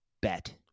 bet